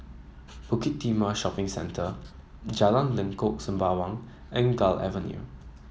Bukit Timah Shopping Centre Jalan Lengkok Sembawang and Gul Avenue